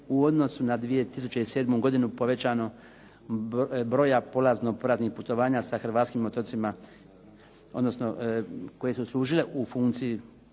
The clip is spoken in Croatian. u odnosu na 2007. godinu povećan broj polazno povratnih putovanja sa hrvatskim otocima, odnosno koje su služile u funkciji